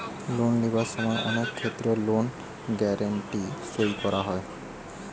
loan লিবার সময় অনেক ক্ষেত্রে লোন গ্যারান্টি সই করা হয়